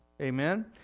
Amen